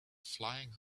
flying